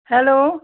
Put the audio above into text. hello